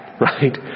Right